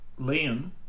Liam